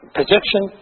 position